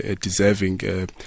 deserving